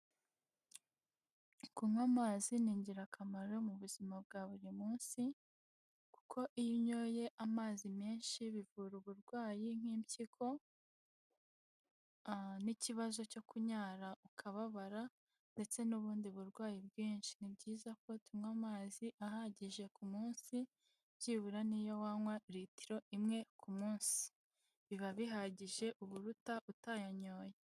Kunywa amazi ni ingirakamaro mu buzima bwa buri munsi kuko iyo unyoye amazi menshi bivura uburwayi nk'impyiko n'ikibazo cyo kunyara ukababara ndetse n'ubundi burwayi bwinshi, ni byiza ko tunywa amazi ahagije ku munsi, byibura niyo wanywa litiro imwe ku munsi, biba bihagije uba uruta utayanyoye.